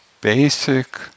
basic